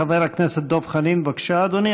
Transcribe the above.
חבר הכנסת דב חנין, בבקשה, אדוני.